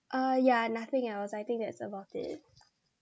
uh yeah nothing else I think that's about it